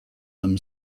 them